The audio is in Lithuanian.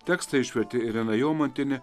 tekstą išvertė irena jomantienė